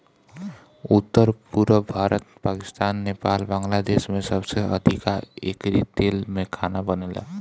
उत्तर, पुरब भारत, पाकिस्तान, नेपाल, बांग्लादेश में सबसे अधिका एकरी तेल में खाना बनेला